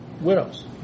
widows